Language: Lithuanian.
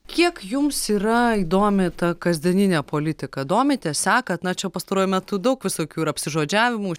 kiek jums yra įdomi ta kasdieninė politika domitės sekat na čia pastaruoju metu daug visokių ir apsižodžiavimų